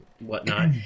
whatnot